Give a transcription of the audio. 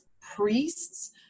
priests